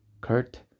Kurt